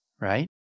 right